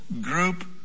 group